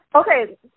Okay